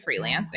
freelancing